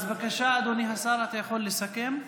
אדוני השר, בבקשה, אתה יכול לסכם.